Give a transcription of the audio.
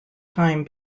time